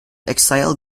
exile